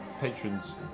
patrons